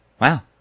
Wow